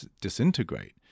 disintegrate